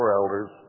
elders